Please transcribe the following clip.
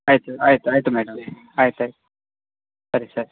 ಆಯಿತು ಆಯಿತು ಆಯಿತು ಮೇಡಮ್ ಆಯ್ತು ಆಯ್ತು ಸರಿ ಸರಿ